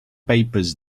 papers